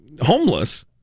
homeless